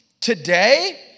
today